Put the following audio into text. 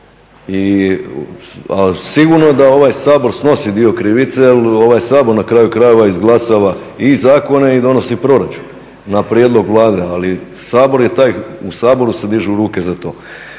sigurno da ovaj Sabor snosi dio krivice jer ovaj Sabor na kraju krajeva izglasava i zakone i donosi proračun na prijedlog Vlade ali Sabor je taj, u Saboru se dižu ruke za to.